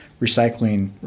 recycling